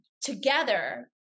together